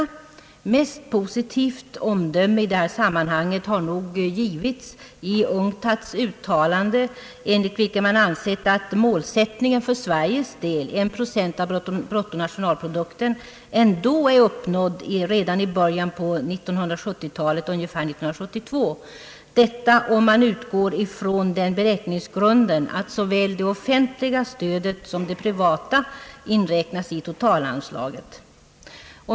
Det mest positiva omdömet i detta sammanhang har nog givits i UNCTAD:s uttalande, enligt vilket man ansett att målsättningen för Sveriges del, en procent av bruttonationalprodukten, ändå är uppnådd redan i början av 1970 talet, ungefär 1972. Detta om man utgår ifrån den beräkningsgrunden att såväl det offentliga stödet som det privata inräknas i totalanslaget.